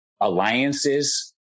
alliance's